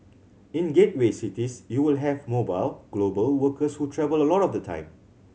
in gateway cities you will have mobile global workers who travel a lot of the time